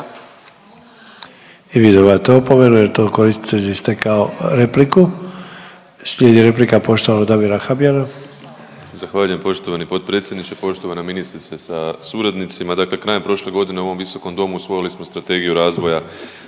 I vi dobivate opomenu jer to koristili ste kao repliku. Slijedi replika poštovanog Damira Habijana. **Habijan, Damir (HDZ)** Zahvaljujem poštovani potpredsjedniče. Poštovana ministrice sa suradnicima. Dakle, krajem prošle godine u ovom visokom domu usvojili smo Strategiju razvoja